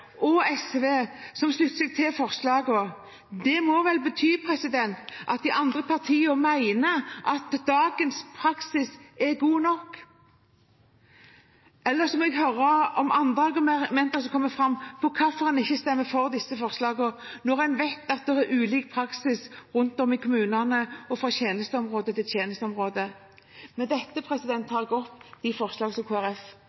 og SV som slutter seg til forslagene. Det må vel bety at de andre partiene mener at dagens praksis er god nok. Ellers må jeg høre andre argumenter som kommer fram, om hvorfor en ikke stemmer for disse forslagene, når en vet at det er ulik praksis rundt om i kommunene og fra tjenesteområde til tjenesteområde. Med dette